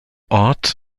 ort